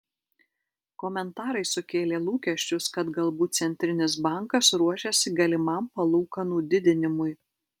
komentarai sukėlė lūkesčius kad galbūt centrinis bankas ruošiasi galimam palūkanų didinimui